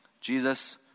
Jesus